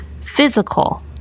Physical